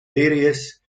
various